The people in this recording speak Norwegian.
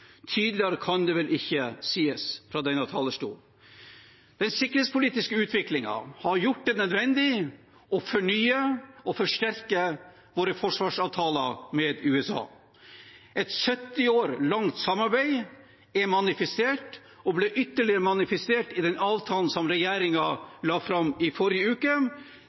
Tydeligere kan det vel ikke sies fra denne talerstolen. Den sikkerhetspolitiske utviklingen har gjort det nødvendig å fornye og forsterke våre forsvarsavtaler med USA. Et 70 år langt samarbeid er manifestert og ble ytterligere manifestert i den avtalen som regjeringen la fram i forrige uke,